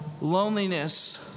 loneliness